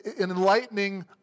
enlightening